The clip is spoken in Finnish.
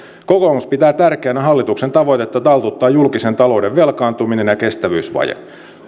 kokoomus pitää tärkeänä hallituksen tavoitetta taltuttaa julkisen talouden velkaantuminen ja kestävyysvaje